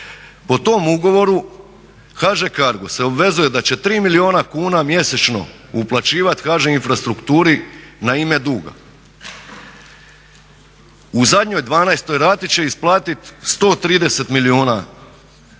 Po tom ugovoru HŽ CARGO se obvezuje da će 3 milijuna kuna mjesečno uplaćivati HŽ infrastrukturi na ime duga. U zadnjoj 12-toj rati će isplatiti 130 milijuna.